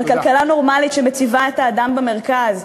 על כלכלה נורמלית שמציבה את האדם במרכז,